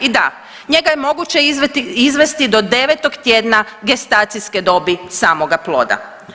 I da, njega je moguće izvesti do devetog tjedna gestacijske dobi samoga ploda.